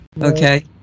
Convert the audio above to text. Okay